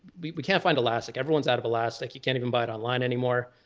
we we can't find elastic. everyone's out of elastic. you can't even buy it online anymore.